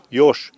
još